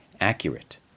accurate